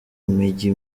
imijyi